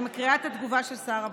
אני מקריאה את התגובה של שר הבריאות: